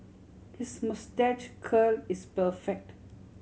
his moustache curl is perfect